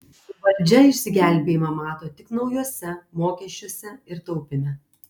valdžia išsigelbėjimą mato tik naujuose mokesčiuose ir taupyme